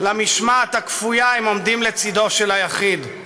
למשמעת הכפויה" הם עומדים "לצדו של היחיד".